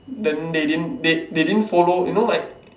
then they didn't they they didn't follow you know like